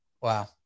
Wow